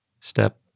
step